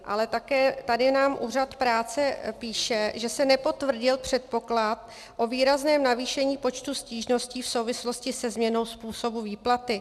Ale také nám tady úřad práce píše, že se nepotvrdil předpoklad o výrazném navýšení počtu stížností v souvislosti se změnou způsobu výplaty.